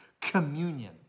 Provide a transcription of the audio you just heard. communion